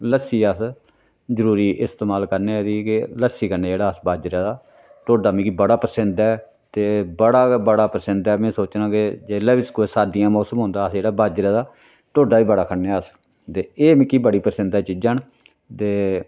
लस्सी अस जरूरी इस्तमाल करने एह्दे कन्नै के लस्सी कन्नै जेह्ड़ा अस बाजरे दा टोडा मिगी बड़ा पसेंद ऐ ते बड़ा गै बड़ा पसंद ऐ में सोचना के जेल्लै बी कोई सर्दियां मौसम औंदा अस जेह्ड़ा बाजरे दा टोडा बड़ा खन्ने आं अस ते एह् मिगी बड़ी पसंद चीजां न ते